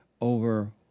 over